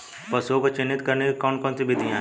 पशुओं को चिन्हित करने की कौन कौन सी विधियां हैं?